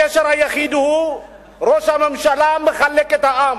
הקשר היחיד הוא שראש הממשלה מחלק את העם.